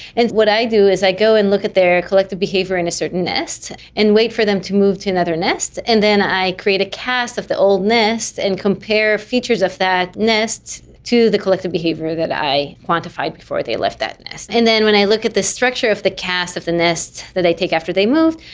what i do is i go and look at their collective behaviour in a certain nest and wait for them to move to another nest, and then i create a cast of the old nest and compare features of that nest to the collective behaviour that i quantified before they left that nest. and then when i look at the structure of the cast of the nest that i take after they move,